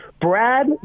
Brad